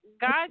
God